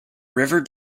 river